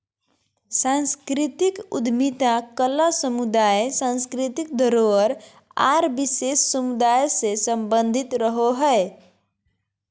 सांस्कृतिक उद्यमिता कला समुदाय, सांस्कृतिक धरोहर आर विशेष समुदाय से सम्बंधित रहो हय